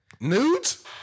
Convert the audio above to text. Nudes